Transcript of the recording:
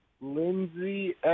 Lindsey